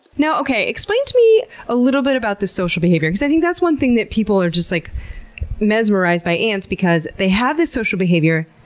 you know okay. explain to me a little bit about the social behavior because i think that's one thing that people are just like mesmerized by ants because they have this social behavior,